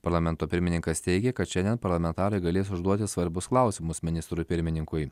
parlamento pirmininkas teigė kad šiandien parlamentarai galės užduoti svarbius klausimus ministrui pirmininkui